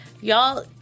Y'all